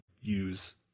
use